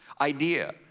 idea